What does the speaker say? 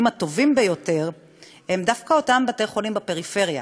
הטובים ביותר הם דווקא אותם בתי-חולים בפריפריה.